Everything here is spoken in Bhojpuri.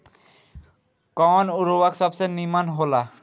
कवन उर्वरक सबसे नीमन होला?